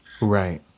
Right